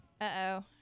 uh-oh